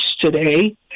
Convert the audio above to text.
today